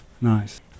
Nice